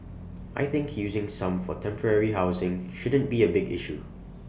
I think using some for temporary housing shouldn't be A big issue